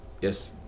Yes